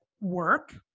work